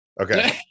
Okay